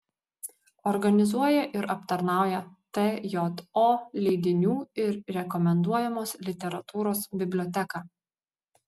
organizuoja ir aptarnauja tjo leidinių ir rekomenduojamos literatūros biblioteką